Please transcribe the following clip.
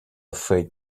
afraid